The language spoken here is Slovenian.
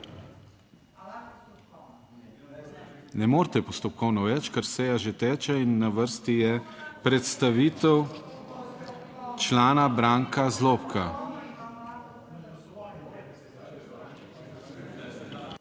Ne morete postopkovno več, ker seja že teče in na vrsti je predstavitev člana Branka Zlobka.